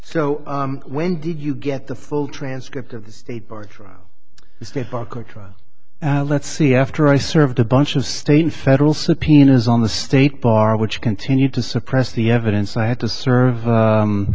so when did you get the full transcript of the trial let's see after i served a bunch of state and federal subpoenas on the state bar which continued to suppress the evidence i had to serve